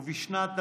ובשנת 2006,